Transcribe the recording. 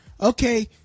Okay